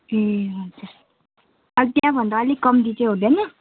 ए हजुर अनि त्यहाँभन्दा अलिक कम्ती चाहिँ हुँदैन